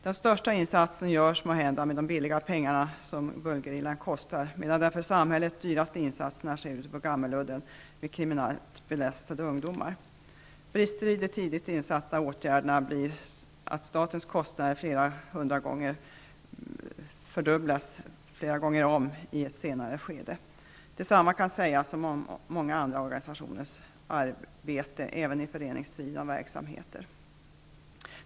Den största insatsen görs måhända till den låga kostnaden av vad Bullgerillan kostar, medan de för samhället dyraste insatserna sker ute på Genom brister i de tidigt insatta åtgärderna fördubblas statens kostnader många gånger om i ett senare skede. Detsamma kan sägas om många andra organisationers arbete, även i föreningsdrivna verksamheter.